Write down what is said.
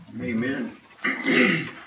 Amen